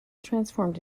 transformed